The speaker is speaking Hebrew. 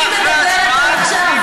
אני מדברת על עכשיו.